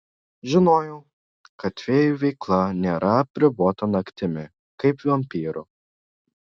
žinojau kad fėjų veikla nėra apribota naktimi kaip vampyrų